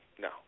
no